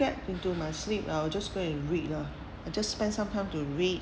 get into my sleep I will just go and read lah I'll just spend some time to read